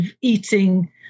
eating